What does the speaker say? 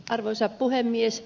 arvoisa puhemies